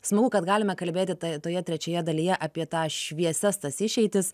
smagu kad galime kalbėti tai toje trečioje dalyje apie tą šviesias tas išeitis